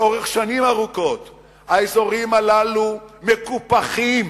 לאורך שנים רבות האזורים הללו מקופחים,